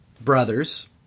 brothers